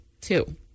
Two